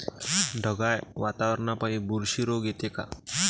ढगाळ वातावरनापाई बुरशी रोग येते का?